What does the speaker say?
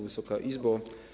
Wysoka Izbo!